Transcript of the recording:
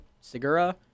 Segura